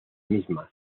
mismas